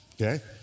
okay